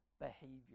behavior